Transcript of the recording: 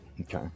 Okay